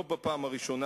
לא בפעם הראשונה,